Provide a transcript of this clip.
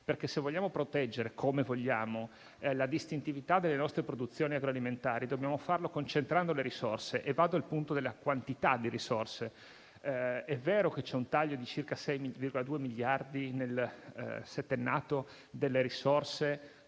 perché, se vogliamo proteggere - come vogliamo - la distintività delle nostre produzioni agroalimentari, dobbiamo farlo concentrando le risorse. Vado, pertanto, al punto della quantità di risorse. È vero che c'è un taglio di 6,2 miliardi nel settennato delle risorse